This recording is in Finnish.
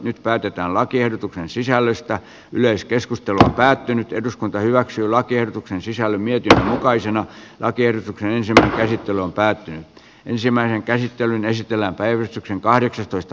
nyt päätetään lakiehdotuksen sisällöstä yleiskeskustelu on päättynyt eduskunta hyväksyi lakiehdotuksen sisällä mietitä jokaisen aker brysillä käsittely on päättynyt ensimmäinen käsittely esitellä päivystyksen kahdeksitoista